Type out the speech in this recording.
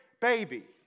baby